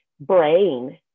brain